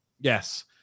Yes